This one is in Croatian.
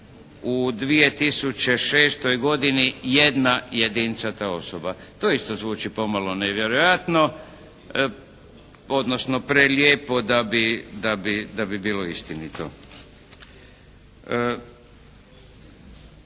u 2006. godini jedna jedincata osoba. Doista zvuči pomalo nevjerojatno, odnosno prelijepo da bi bilo istinito.